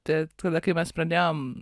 tik tada kai mes pradėjom